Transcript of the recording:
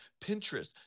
Pinterest